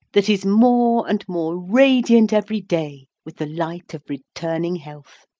that is more and more radiant every day with the light of returning health.